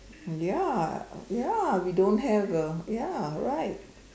ya ya we don't have the ya right